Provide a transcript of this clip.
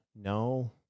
no